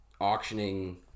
auctioning